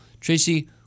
Tracy